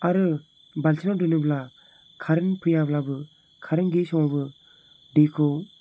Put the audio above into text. आरो बाल्थिङाव दोनोब्ला खारेन फैयाब्लाबो कारेन्त गैयै समावबो दैखौ